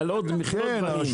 אלא על עוד מכלול דברים.